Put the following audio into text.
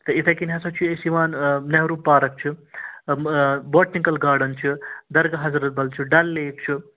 تہٕ یِتھَے کَنۍ ہَسا چھُ أسۍ یِوان نہروٗ پارَک چھِ بوٹنِکَل گاڈَن چھِ درگاہ حضرت بل چھِ ڈل لیک چھُ